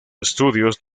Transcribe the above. estudios